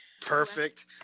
Perfect